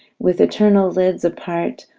with eternal lids apart,